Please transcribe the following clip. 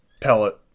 pellet